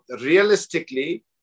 realistically